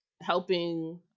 helping